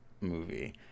movie